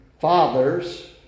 fathers